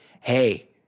hey